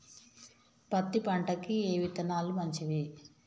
పత్తి పంటకి ఏ విత్తనాలు మంచివి?